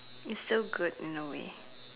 it's so good in a way